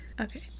Okay